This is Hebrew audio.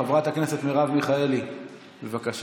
חברת הכנסת מרב מיכאלי, בבקשה.